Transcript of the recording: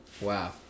wow